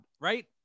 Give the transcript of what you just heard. right